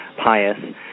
pious